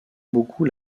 beaucoup